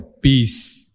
Peace